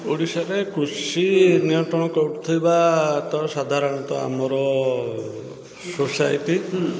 ଓଡ଼ିଶାରେ କୃଷି ନିୟନ୍ତ୍ରଣ କରୁଥିବା ତ ସାଧାରଣତଃ ଆମର ସୋସାଇଟି